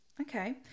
Okay